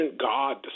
God